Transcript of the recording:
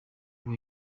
ubu